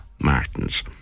Martins